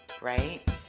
right